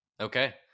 Okay